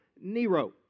Nero